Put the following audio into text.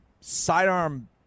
sidearm